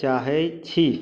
चाहै छी